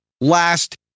last